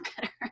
better